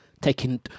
taking